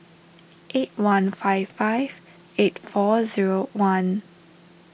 eight one five five eight four zero one